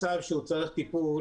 אתם צריכים